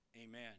Amen